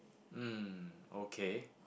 um okay